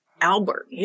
Albert